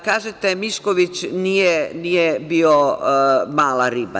Kažete – Mišković nije bio mala riba.